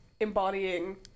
embodying